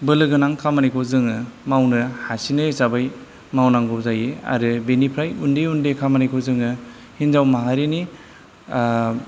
बोलो गोनां खामानिखौ जोङो मावनो हासिननाय हिसाबै मावनांगौ जायो आरो बेनिफ्राय उन्दै उन्दै खामानिखौ जोङो हिन्जाव माहारिनि